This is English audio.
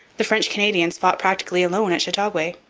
the french canadians fought practically alone at chateauguay.